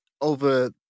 over